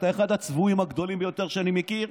אתה אחד הצבועים הגדולים ביותר שאני מכיר,